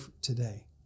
today